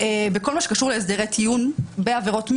בכל מה שקשור להסדרי טיעון בעבירות מין.